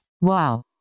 wow